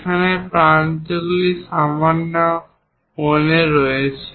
যেখানে প্রান্তগুলি সামান্য কোণে রয়েছে